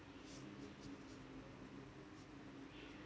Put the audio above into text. so